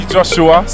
Joshua